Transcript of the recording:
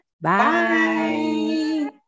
Bye